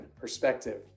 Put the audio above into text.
perspective